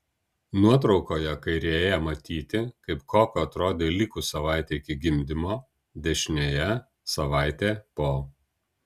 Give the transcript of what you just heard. nuotraukoje kairėje matyti kaip koko atrodė likus savaitei iki gimdymo dešinėje savaitė po